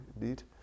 indeed